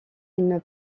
une